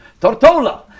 Tortola